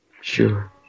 Sure